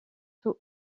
tôt